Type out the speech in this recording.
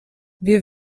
wir